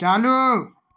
चालू